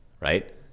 right